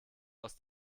aus